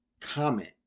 comment